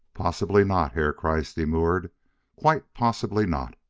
possibly not, herr kreiss demurred quite possibly not.